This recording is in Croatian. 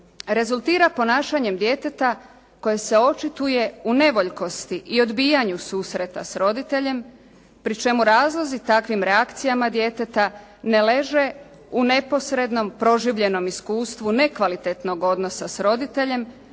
rezultira ponašanjem djeteta koje se očituje u nevoljkosti i odbijanju susreta s roditeljem pri čemu razlozi takvim reakcijama djeteta ne leže u neposredno proživljenom iskustvu nekvalitetnog odnosa s roditeljem,